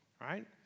Right